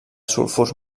sulfurs